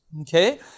Okay